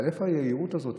אבל מה זאת היהירות הזאת?